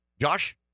Josh